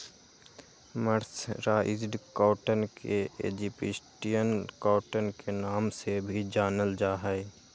mercerised cotton के Egyptian cotton के नाम से भी जानल जा हई